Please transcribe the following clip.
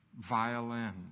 violin